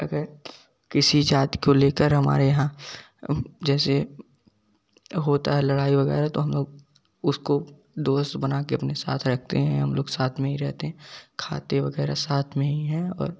अगर किसी जाति को लेकर हमारे यहाँ जैसे होता है लड़ाई वगैर तो हम लोग उसको दोस्त बना के अपने साथ रखते हैं हम लोग साथ में ही रहते खाते वगैरह साथ में ही हैं और